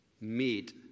meet